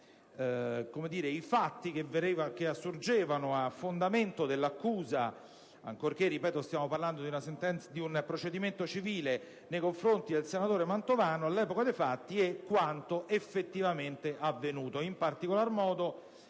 i fatti che assurgevano a fondamento dell'accusa - ancorché, ripeto, stiamo parlando di un procedimento civile nei confronti del deputato Mantovano, senatore all'epoca dei fatti - e quanto effettivamente avvenuto.